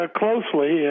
closely